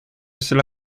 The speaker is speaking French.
cela